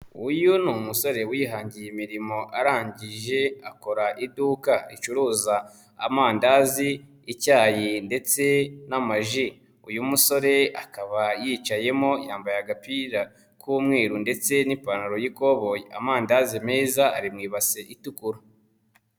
Uyu ni umusore wihangiye imirimo arangije akora iduka ricururuza amandazi, icyayi, ndetse n'amaji. Uyu musore akaba yicayemo yambaye agapira k'umweru ndetse n'ipantaro y'ikoboyi. Amandazi meza ari mu ibase itukura.